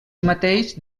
mateix